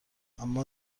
اما